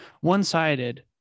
One-sided